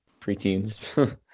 preteens